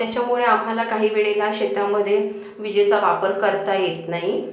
त्याच्यामुळे आम्हाला काही वेळेला शेतामध्ये विजेचा वापर करता येत नाही